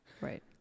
Right